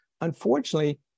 Unfortunately